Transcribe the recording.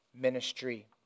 ministry